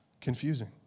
confusing